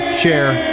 share